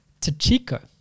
Tachiko